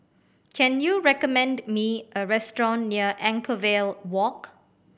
can you recommend me a restaurant near Anchorvale Walk